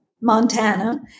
Montana